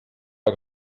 pas